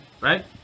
right